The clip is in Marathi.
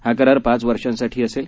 हा करार पाच वर्षांसाठी असेल